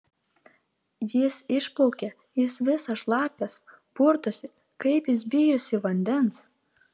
jis išplaukė jis visas šlapias purtosi kaip jis bijosi vandens